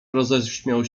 roześmiał